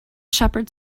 shepherd